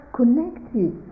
connected